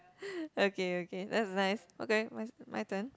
okay okay that's nice okay my my turn